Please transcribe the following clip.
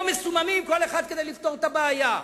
כמו מסוממים כדי לפתור את הבעיה.